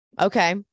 Okay